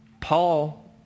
Paul